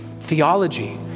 Theology